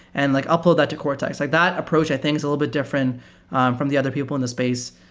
and like upload that to cortex. like that approach i think is a little bit different from the other people in the space.